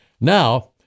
Now